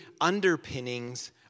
underpinnings